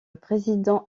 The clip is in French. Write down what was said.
président